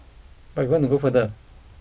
but we want to go further